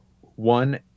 one